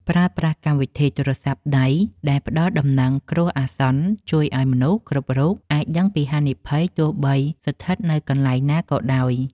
ប្រើប្រាស់កម្មវិធីទូរស័ព្ទដៃដែលផ្ដល់ដំណឹងគ្រោះអាសន្នជួយឱ្យមនុស្សគ្រប់រូបអាចដឹងពីហានិភ័យទោះបីស្ថិតនៅកន្លែងណាក៏ដោយ។